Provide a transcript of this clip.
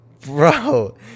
bro